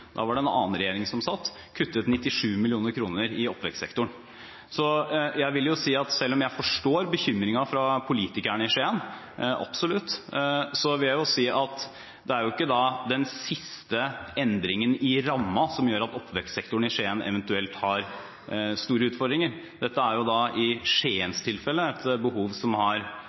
da var det en annen regjering som satt – kuttet 97 mill. kr i oppvekstsektoren. Selv om jeg absolutt forstår bekymringen fra politikerne i Skien, vil jeg si at det ikke er den siste endringen i rammen som gjør at oppvekstsektoren i Skien eventuelt har store utfordringer. Dette er i Skiens tilfelle et behov som har